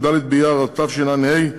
י"ד באייר התשע"ה,